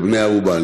לבני-ערובה.